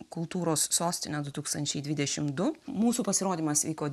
kultūros sostinė du tūkstančiai dvidešimt du mūsų pasirodymas vyko